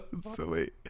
Silly